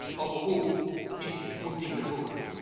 of who is putting the rules.